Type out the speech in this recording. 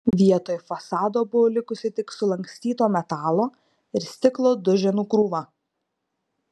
vietoj fasado buvo likusi tik sulankstyto metalo ir stiklo duženų krūva